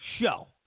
show